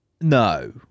No